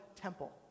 temple